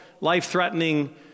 life-threatening